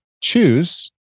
choose